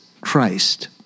Christ